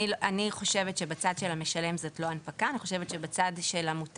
אני חושבת שבצד של המשלם זאת לא הנפקה.